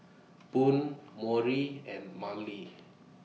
Boone Maury and Marlie